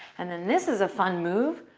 and then this is a fun move.